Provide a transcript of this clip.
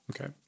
Okay